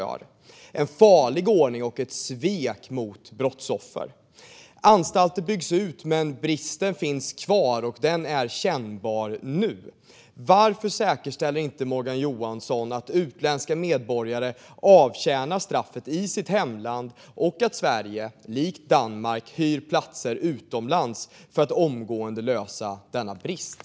Det är en farlig ordning och ett svek mot brottsoffer. Anstalter byggs ut. Men bristen finns kvar, och den är kännbar nu. Varför säkerställer inte Morgan Johansson att utländska medborgare avtjänar straffen i sina hemländer och att Sverige, likt Danmark, hyr platser utomlands för att omgående lösa denna brist?